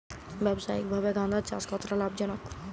ব্যবসায়িকভাবে গাঁদার চাষ কতটা লাভজনক?